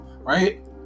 right